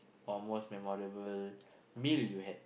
or most memorable meal you had